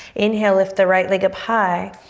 inhale, lift the right leg up high.